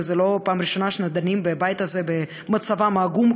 וזו לא פעם ראשונה שאנחנו דנים בבית הזה במצבם העגום,